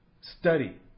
study